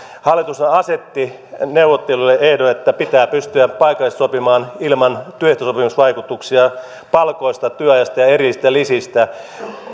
hallitushan asetti neuvotteluille ehdon että pitää pystyä paikallisesti sopimaan ilman työehtosopimusvaikutuksia palkoista työajoista ja erillisistä lisistä